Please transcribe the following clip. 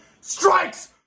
strikes